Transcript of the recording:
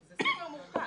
זה סופר מורכב.